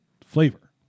flavor